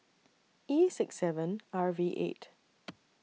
E six seven R V eight